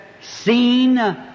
seen